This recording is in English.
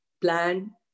plan